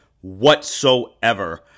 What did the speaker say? whatsoever